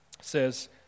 says